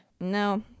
No